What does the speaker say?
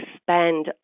spend